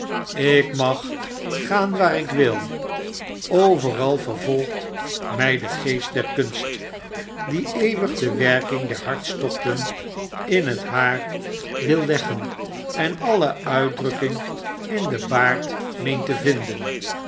ik mag gaan waar ik wil overal vervolgt mi de geest der kunst die eeuwig de werking der hartstochten in het haar wil leggen en alle uitdrukking in den baard meent te vinden